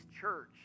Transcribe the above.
church